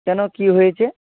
কেন কী হয়েছে